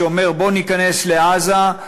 ואומר: בואו ניכנס לעזה,